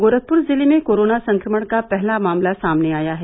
गोरखपुर जिले में कोरोना संक्रमण का पहला मामला सामने आया है